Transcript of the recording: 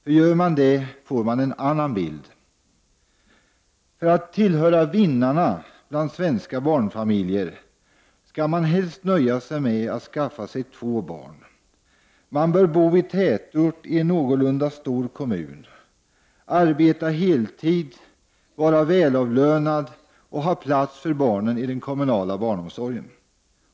För gör man det får man en annan bild. För att tillhöra vinnarna bland svenska barnfamiljer skall man helst nöja sig med att skaffa sig två barn. Man bör bo i tätort i en någorlunda stor kommun, arbeta heltid, vara välavlönad och ha plats för barnen i den kommunala barnomsorgen.